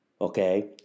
okay